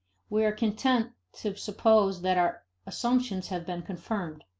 we are content to suppose that our assumptions have been confirmed.